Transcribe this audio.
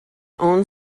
own